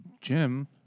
Jim